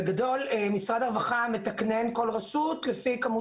בגדול משרד הרווחה מתקנן כל רשות לפי מספר